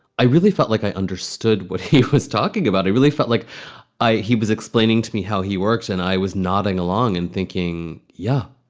i really felt like i understood what he was talking about. i really felt like he was explaining to me how he works. and i was nodding along and thinking, yeah,